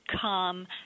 come